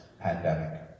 pandemic